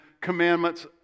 commandments